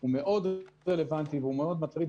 הוא מאוד רלוונטי והוא מאוד מטריד,